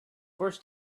first